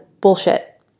bullshit